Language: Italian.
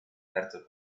terzo